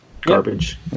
garbage